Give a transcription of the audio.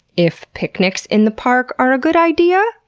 if picnic in the parks are a good idea,